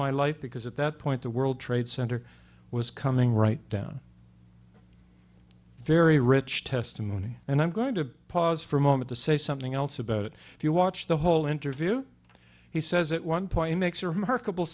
my life because at that point the world trade center was coming right down very rich testimony and i'm going to pause for a moment to say something else about it if you watch the whole interview he says it one point makes a remarkable